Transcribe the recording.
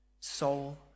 soul